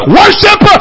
worship